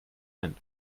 ein